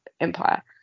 empire